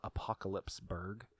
Apocalypseburg